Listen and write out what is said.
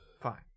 Fine